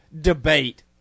debate